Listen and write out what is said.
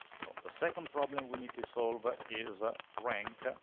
so the second problem we need to solve ah is ah rank